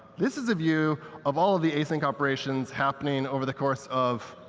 this is a view of all of the async operations happening over the course of